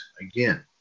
again